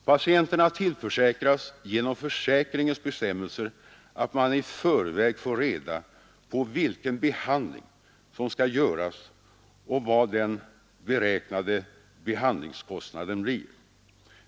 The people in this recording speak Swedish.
Patienterna tillförsäkras genom försäkringens bestämmelser att man i förväg får reda på vilken behandling som skall göras och vad den beräknade behandlingskostnaden blir.